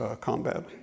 combat